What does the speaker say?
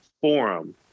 forum